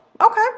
Okay